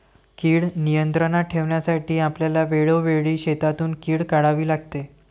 कीड नियंत्रणात ठेवण्यासाठी आपल्याला वेळोवेळी शेतातून कीड काढावी लागते